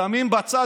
שמים בצד.